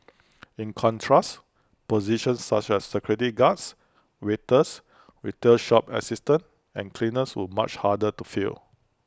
in contrast positions such as security guards waiters retail shop assistants and cleaners were much harder to fill